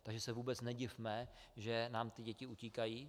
Takže se vůbec nedivme, že nám ty děti utíkají.